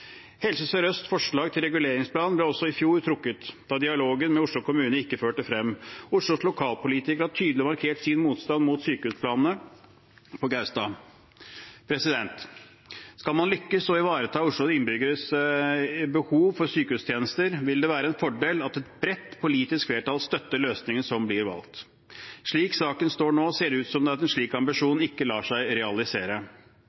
Helse Sør-Østs forslag til reguleringsplan ble også i fjor trukket, da dialogen med Oslo kommune ikke førte frem. Oslos lokalpolitikere har tydelig markert sin motstand mot sykehusplanene på Gaustad. Skal man lykkes med å ivareta Oslos innbyggeres behov for sykehustjenester, vil det være en fordel at et bredt politisk flertall støtter løsningen som blir valgt. Slik saken står nå, ser det ut som om en slik